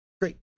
Great